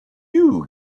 you